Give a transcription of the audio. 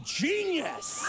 genius